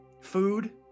food